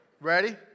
Ready